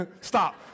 Stop